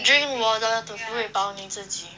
drink water to full it 饱你自己